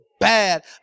bad